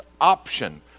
option